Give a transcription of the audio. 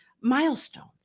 milestones